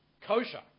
kosher